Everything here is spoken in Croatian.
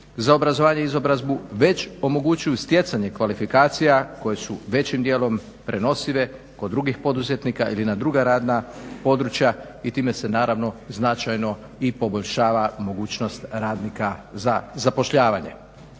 za obrazovanje i izobrazbu već omogućuju stjecanje kvalifikacija koje su većim dijelom prenosive kod drugih poduzetnika ili na druga radna područja i time se naravno značajno i poboljšava mogućnost radnika za zapošljavanje.